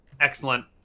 Excellent